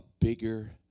bigger